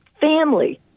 family